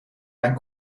mijn